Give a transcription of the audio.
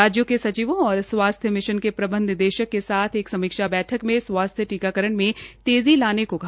राज्यों के सचिवों और स्वास्थ्य मिशन के प्रबंध निदेशक के साथ एक समीक्षा बैठक में स्वास्थ्य टीकाकरण में तेज़ी लाले को कहा